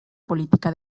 política